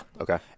Okay